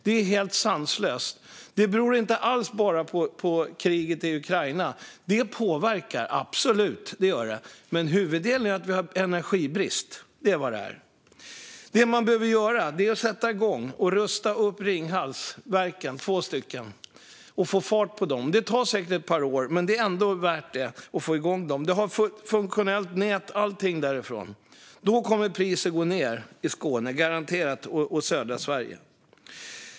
Det är helt sanslöst, och det beror inte alls bara på kriget i Ukraina. Det påverkar, absolut, men huvuddelen är att vi har energibrist. Det man behöver göra är att sätta igång och rusta upp Ringhalsverken, två stycken, och få fart på dem. Det tar säkert ett par år, men det är ändå värt att få igång dem. Det finns funktionellt nät och allt därifrån. Då kommer priset att gå ned i Skåne och södra Sverige, garanterat.